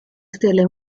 stelle